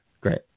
Great